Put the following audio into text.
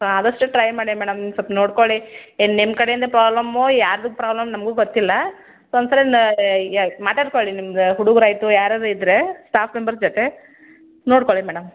ಆದಷ್ಟು ಟ್ರೈ ಮಾಡಿ ಮೇಡಮ್ ಸೊಲ್ಪ ನೋಡ್ಕೊಳ್ಳಿ ಇನ್ನು ನಿಮ್ಮ ಕಡೆಯಿಂದ ಪ್ರಾಬ್ಲಮ್ಮೋ ಯಾರದು ಪ್ರಾಬ್ಲಮ್ ನಮಗೂ ಗೊತ್ತಿಲ್ಲ ಒಂದು ಸಲ ಯ ಮಾತಾಡಿಕೊಳ್ಳಿ ನಿಮ್ಮದು ಹುಡುಗರಾಯ್ತು ಯಾರಾದ್ರು ಇದ್ದರೆ ಸ್ಟಾಫ್ ಮೆಂಬರ್ಸ್ ಜೊತೆ ನೋಡ್ಕೊಳ್ಳಿ ಮೇಡಮ್